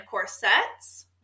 corsets